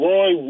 Roy